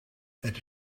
that